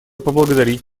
поблагодарить